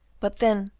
but, then,